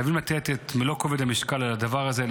חייבים לשים את מלוא כובד המשקל על הדבר הזה,